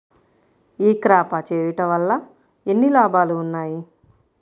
ఈ క్రాప చేయుట వల్ల ఎన్ని లాభాలు ఉన్నాయి?